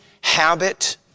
habit